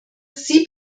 sie